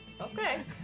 Okay